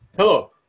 Hello